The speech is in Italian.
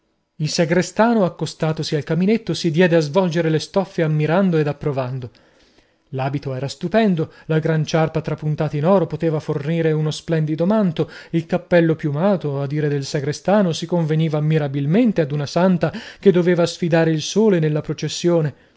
il sagrestano accostatosi al caminetto si diede a svolgere le stoffe ammirando ed approvando l'abito era stupendo la gran ciarpa trapunta in oro poteva fornire uno splendido manto il cappello piumato a dire del sagrestano si conveniva mirabilmente ad una santa che doveva sfidare il sole nella processione